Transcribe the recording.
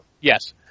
Yes